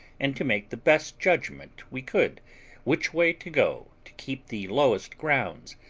and to make the best judgment we could which way to go to keep the lowest grounds,